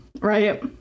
right